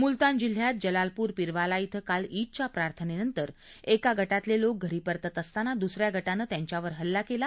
मुलतान जिल्ह्यात जलालपूर पिरवाला क्रे काल ईदच्या प्रार्थनेनंतर एका गटातले लोक घरी परतत असताना दुसऱ्या गटानं त्यांच्यावर हल्ला केला